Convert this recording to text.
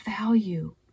value